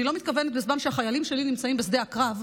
אני לא מתכוונת לדון בדבר הזה בזמן שהחיילים שלי נמצאים בשדה הקרב.